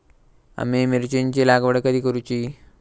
आम्ही मिरचेंची लागवड कधी करूची?